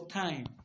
time